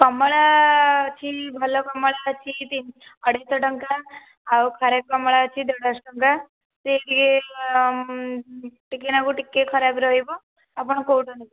କମଳା ଅଛି ଭଲ କମଳା ଅଛି ଅଢ଼େଇ ଶହ ଟଙ୍କା ଖରାପ କମଳା ଅଛି ଦେଢ଼ ଶହ ଟଙ୍କା ଟିକେ ଟିକେ ଟିକେ ନାକୁ ଟିକେ ଖରାପ ରହିବ ଆପଣ କେଉଁଟା ନେବେ